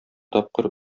тапкыр